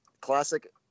classic